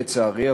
לצערי,